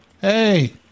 Hey